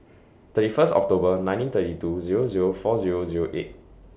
thirty First October nineteen thirty two Zero Zero four Zero Zero eight